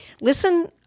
listen